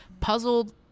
Puzzled